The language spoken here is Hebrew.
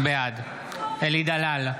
בעד אלי דלל,